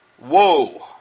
Whoa